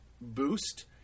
boost